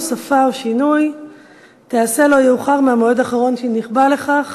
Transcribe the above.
הוספה או שינוי תיעשה לא יאוחר מהמועד האחרון שנקבע לכך